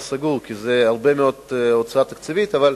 כי זו הוצאה תקציבית מאוד גדולה,